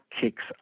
kicks